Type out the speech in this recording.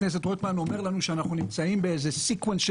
חבר הכנסת רוטמן אומר לנו שאנחנו נמצאים ב-סיקוונט של